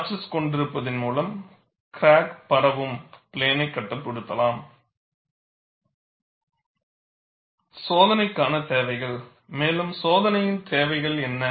notches கொண்டிருப்பதன் மூலம் crack பரவும் பிளேனைக் கட்டுப்படுத்தலாம் சோதனைக்கான தேவைகள் மேலும் சோதனையின் தேவைகள் என்ன